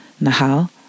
Nahal